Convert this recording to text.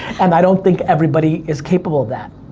and i don't think everybody is capable of that.